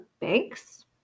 banks